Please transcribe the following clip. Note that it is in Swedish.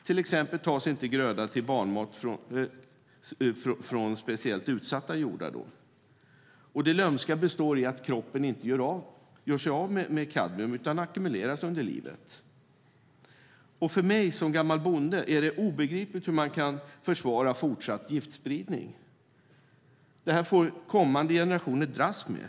Till exempel tas inte gröda till barnmat från speciellt utsatta jordar. Det lömska består i att kroppen inte gör sig av med kadmium, utan den ackumuleras under livet. För mig som gammal bonde är det obegripligt hur man kan försvara fortsatt giftspridning. Det får kommande generationer dras med.